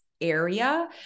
area